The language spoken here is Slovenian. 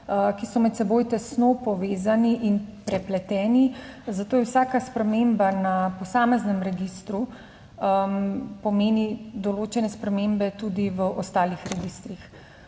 ki so med seboj tesno povezani in prepleteni, zato je vsaka sprememba na posameznem registru pomeni določene spremembe tudi v ostalih registrih.